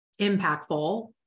impactful